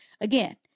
Again